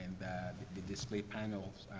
the display panels,